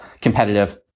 competitive